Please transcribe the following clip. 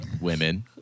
Women